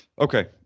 Okay